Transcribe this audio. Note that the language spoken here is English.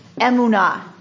Emunah